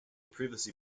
previously